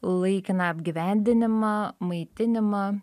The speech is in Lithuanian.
laikiną apgyvendinimą maitinimą